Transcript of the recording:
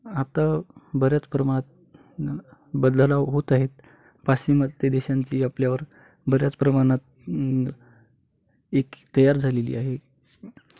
आता बऱ्याच प्रमाणात बदलाव होत आहेत पाश्चिमात्य देशांची आपल्यावर बऱ्याच प्रमाणात एक तयार झालेली आहे